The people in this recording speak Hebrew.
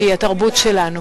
שהיא התרבות שלנו,